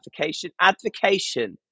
advocation